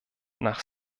nach